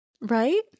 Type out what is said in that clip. Right